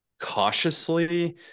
cautiously